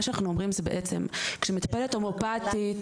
אם אין לכם